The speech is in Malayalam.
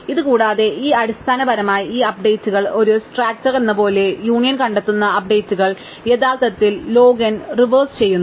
ഇതുകൂടാതെ ഈ അടിസ്ഥാനപരമായി ഈ അപ്ഡേറ്റുകൾ ഒരു സ്ട്രാക്ട്റെലെന്നപോലെ യൂണിയൻ കണ്ടെത്തുന്ന അപ്ഡേറ്റുകൾ യഥാർത്ഥത്തിൽ log n റിവേഴ്സ് ചെയ്യുന്നു